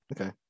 Okay